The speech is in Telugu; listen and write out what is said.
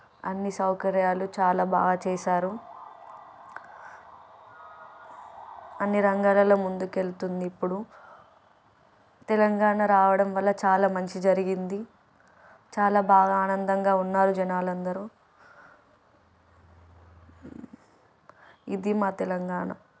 అన్ని సౌకర్యాలు చాలా బాగా చేశారు అన్ని రంగాలలో ముందుకెళ్తుంది ఇప్పుడు తెలంగాణ రావడం వల్ల చాలా మంచి జరిగింది చాలా బాగా ఆనందంగా ఉన్నారు జనాలందరూ ఇది మా తెలంగాణ